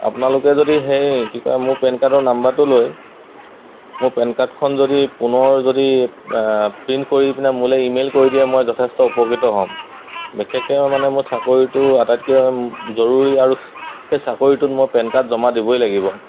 আপোনালোকে যদি সেই কি কয় মোৰ পেন কাৰ্ডৰ নাম্বাৰটো লৈ মোৰ পেন কাৰ্ডখন যদি পুনৰ যদি প্ৰিণ্ট কৰি পিনে মোলৈ ইমেইল কৰি দিয়ে মই যথেষ্ট উপকৃত হ'ম বিশেষকৈ মানে মোৰ চাকৰিটো আটাইতকৈ জৰুৰী আৰু সেই চাকৰিটোত মই পেন কাৰ্ড জমা দিবই লাগিব